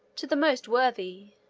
to the most worthy,